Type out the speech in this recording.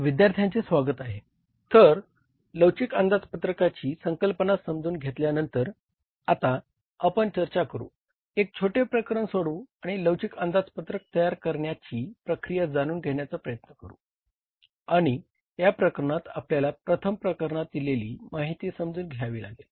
विद्यार्थ्यांचे स्वागत आहे तर लवचिक अंदाजपत्रकची संकल्पना समजून घेतल्यानंतर आता आपण चर्चा करू एक छोटे प्रकरण सोडवू आणि लवचिक अंदाजपत्रक तयार करण्याची प्रक्रिया जाणून घेण्याचा प्रयत्न करू आणि या प्रकरणात आपल्याला प्रथम प्रकरणात दिलेली माहिती समजून घ्यावी लागेल